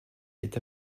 est